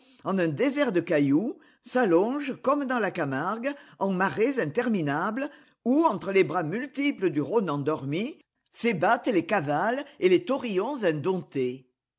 en un désert de cailloux s'allonge comme dans la camargue en marais interminables où entre les bras multiples du rhône endormi s'ébattent les cavales et les taurillons indomptés